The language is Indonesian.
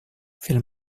film